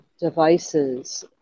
devices